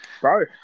bro